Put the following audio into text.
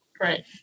Right